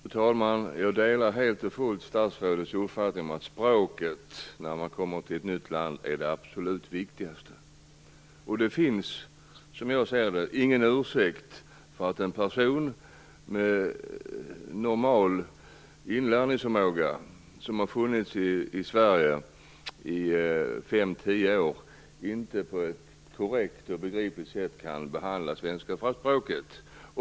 Fru talman! Jag delar helt och fullt statsrådets uppfattning om att språket är det absolut viktigaste när man kommer till ett nytt land. Som jag ser det finns det ingen ursäkt för att en person med normal inlärningsförmåga som har funnits i Sverige i 5-10 år inte på ett korrekt och begripligt sätt kan behandla det svenska språket.